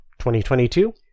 2022